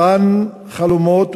אותם חלומות,